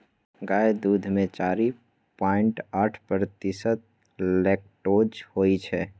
गाय दुध मे चारि पांइट आठ प्रतिशत लेक्टोज होइ छै